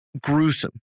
gruesome